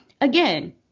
again